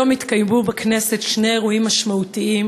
היום התקיימו בכנסת שני אירועים משמעותיים